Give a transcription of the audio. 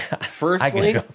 Firstly